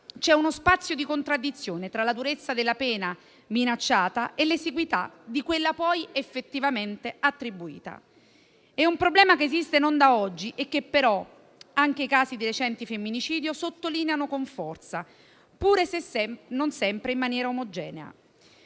c'è uno spazio di contraddizione tra la durezza della pena minacciata e l'esiguità di quella poi effettivamente attribuita. È un problema che esiste non da oggi e che anche i recenti casi di femminicidio sottolineano con forza, pur se non sempre in maniera omogenea.